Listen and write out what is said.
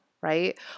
Right